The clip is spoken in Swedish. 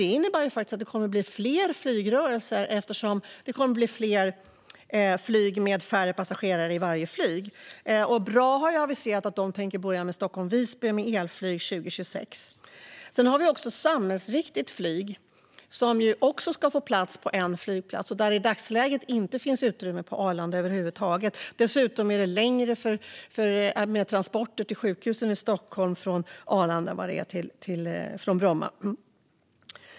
Detta innebär att det kommer att bli fler flygrörelser, eftersom det blir fler flyg med färre passagerare i varje plan. BRA har aviserat att de tänker börja flyga elflyg mellan Stockholm och Visby 2026. Det finns även det samhällsviktiga flyget, som också ska få plats på en flygplats. I dagsläget finns över huvud taget inte utrymme för det på Arlanda. Dessutom blir det längre transporter till sjukhusen i Stockholm från Arlanda än från Bromma.